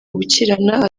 gukirana